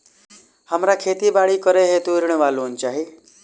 हमरा खेती बाड़ी करै हेतु ऋण वा लोन चाहि?